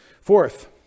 Fourth